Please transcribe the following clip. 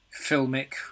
filmic